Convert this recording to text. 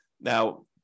Now